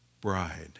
bride